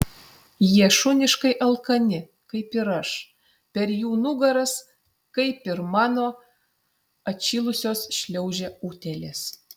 jie šuniškai alkani kaip ir aš per jų nugaras kaip ir mano atšilusios šliaužia utėlės